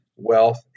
wealth